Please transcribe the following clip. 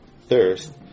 thirst